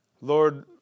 Lord